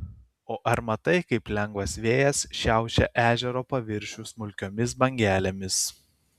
o ar matai kaip lengvas vėjas šiaušia ežero paviršių smulkiomis bangelėmis